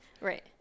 Right